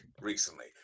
recently